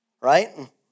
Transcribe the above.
right